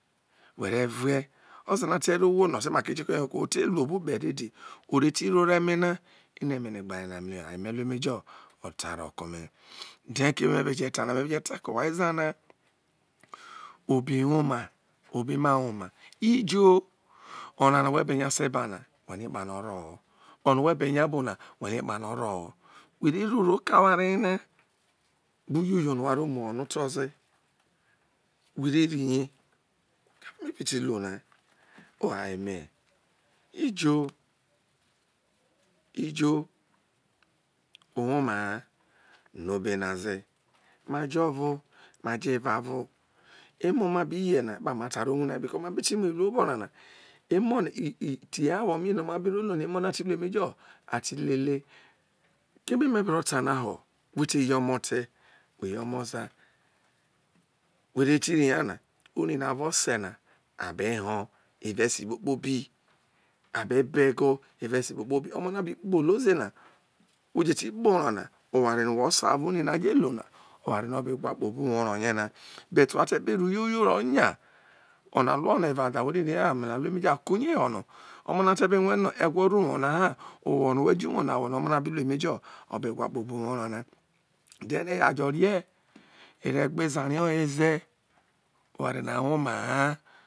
We̱ re vue oza na tero owho no̱ ote make ju ke ye̱ kuo we̱ ote luo obu ke dede ore ti roro eme na no dio e̱me no̱ aye me ta ro kome eta na me be je ta ke owai ezo na obe wo obe ma woma onana we be nya se ba na wo ri epeno oro ho ono we be na bru na we rie̱ epano oru ho were roro ka oware yena gbe uyo no wa ro mu ho oto ze we re riye ko avo me bi ti lu na o aye me ijo ijo owoma ha no obe naze ma jo o̱vo ma jo̱ eva o̱vo emo̱ ma epano mati ro wuna i because emo no ma biye noi theh awo mi na emo na emo na biti ui emejo ati lale kume me be ro̱ ta ho̱ wetu o̱mote we ye omo za were ti ri ha na oni avo ose na abe ho eva ei kpokpobi abe bo egu evao esi kpokpobi oma na bi kpolo zena oware no̱ we aroo̱se ari a bi lu na oware no obe gwa kpo obu wo̱ oro̱ ye na but wa be ro yoyo ro̱ ya o̱ne na lu ona eva dha oje̱ tiri he na aku ye ho̱ no̱ o̱mo̱ na te be rue̱ no̱ e̱gwo ro evao uwo na ha o̱no̱ ojo uwo na wune oye omo na obe wa kpo bo uwo oro na then eya jo rie no̱ eregba eze ri oweze oware na wo ma ha